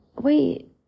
wait